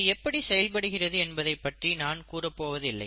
இது எப்படி செயல்படுகிறது என்பதைப் பற்றி நான் கூறப்போவது இல்லை